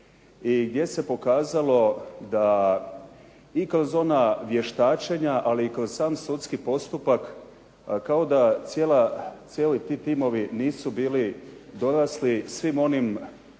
gdje se pokazalo da i kroz ona vještačenja i kroz sam sudski postupak kao da cijeli ti timovi nisu bili dorasli svim onim